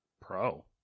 Pro